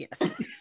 yes